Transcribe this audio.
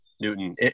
Newton